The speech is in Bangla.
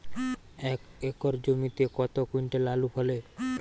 এক একর জমিতে কত কুইন্টাল আলু ফলে?